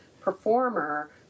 performer